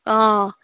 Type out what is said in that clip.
অঁ